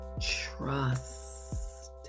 trust